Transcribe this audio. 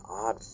odd